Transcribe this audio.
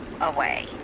away